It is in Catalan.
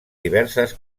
diverses